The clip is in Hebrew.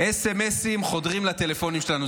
סמ"סים חודרים לטלפונים שלנו.